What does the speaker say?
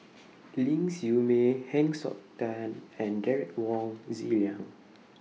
Ling Siew May Heng Siok Tian and Derek Wong Zi Liang